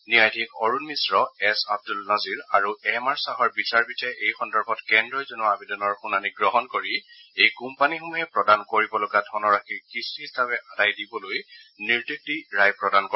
ন্যায়াধীশ অৰুণ মিশ্ৰ এছ আব্দুল নজীৰ আৰু M R শ্বাহৰ বিচাৰপীঠে এই সন্দৰ্ভত কেন্দ্ৰই জনোৱা আবেদনৰ শুনানী গ্ৰহণ কৰি এই কোম্পানীসমূহে প্ৰদান কৰিবলগা ধনৰাশি কিস্তি হিচাবে আদায় দিবলৈ নিৰ্দেশ দি ৰায় প্ৰদান কৰে